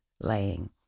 laying